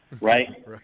right